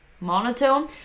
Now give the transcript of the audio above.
monotone